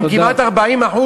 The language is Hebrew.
כמעט 40%,